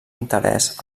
interès